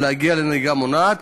לא להגיע לנהיגה מונעת,